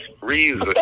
reason